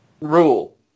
rule